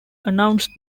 announced